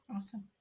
awesome